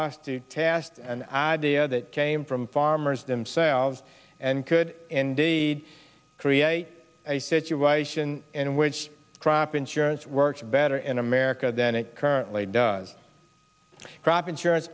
us to cast an idea that came from farmers themselves and could indeed create a situation in which crop insurance works better in america than it currently does crop insurance